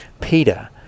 Peter